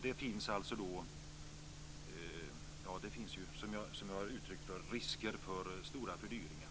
Det finns, som jag har gett uttryck för, risker för stora fördyringar.